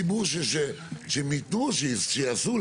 ברור שצריך לתקן את זה.